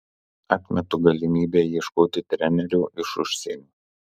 atmetu galimybę ieškoti trenerio iš užsienio